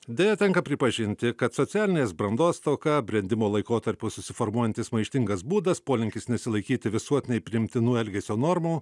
deja tenka pripažinti kad socialinės brandos stoka brendimo laikotarpiu susiformuojantis maištingas būdas polinkis nesilaikyti visuotinai priimtinų elgesio normų